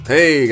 Hey